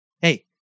hey